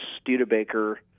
Studebaker